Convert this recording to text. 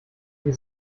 wie